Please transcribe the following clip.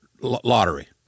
lottery